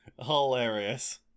Hilarious